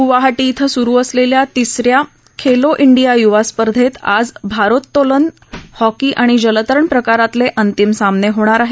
ग्वाहाटी इथं सुरु असलेल्या तिसऱ्या खेलो इंडिया यूवा स्पर्धेत आज भारोतोलन हॉकी आणि जलतरण प्रकारातले अंतिम सामने होणार आहेत